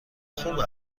خوب